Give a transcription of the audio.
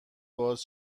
باز